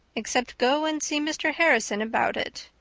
except go and see mr. harrison about it.